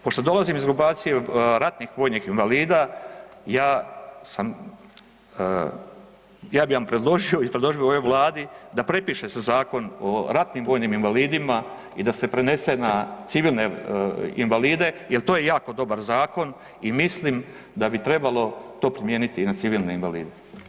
Pošto dolazim iz grupacije ratnih vojnih invalida, ja sam, ja bi vam predložio i predložio bi ovoj Vladi da prepiše se zakon o ratnim vojnim invalidima i da se prenese na civilne invalide jer to je jako dobar zakon i mislim da bi to trebalo primijeniti i na civilne invalide.